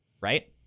right